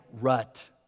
rut